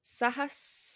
Sahas